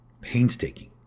painstaking